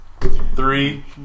Three